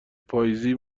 پاییزی